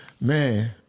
Man